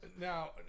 Now